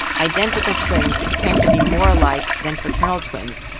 identical twins tend to be more alike than fraternal twins,